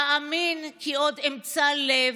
/ אאמין, כי עוד אמצא לב,